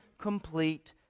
complete